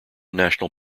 national